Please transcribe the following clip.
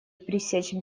пресечь